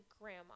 Grandma